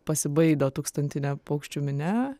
pasibaido tūkstantinė paukščių minia